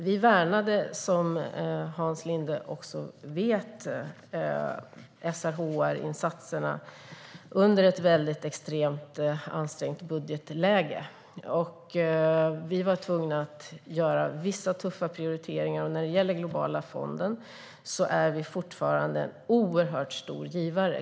Vi värnade, som Hans Linde vet, SRHR-insatserna under ett extremt ansträngt budgetläge. Vi var tvungna att göra vissa tuffa prioriteringar. När det gäller Globala fonden är vi fortfarande en oerhört stor givare.